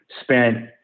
spent